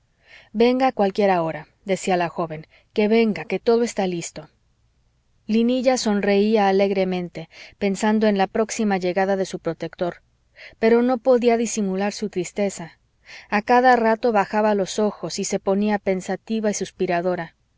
venga a cualquiera hora decía la joven que venga que todo está listo linilla sonreía alegremente pensando en la próxima llegada de su protector pero no podía disimular su tristeza a cada rato bajaba los ojos y se ponía pensativa y suspiradora